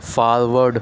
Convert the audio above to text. forward